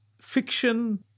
fiction